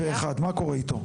מה קורה איתו?